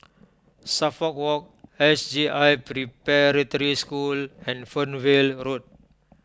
Suffolk Walk S J I Preparatory School and Fernvale Road